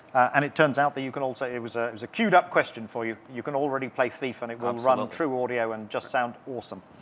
and it turns out that you can also it was ah it was a cued up question for you. you can already play thief and it will run absolutely. trueaudio and just sound awesome.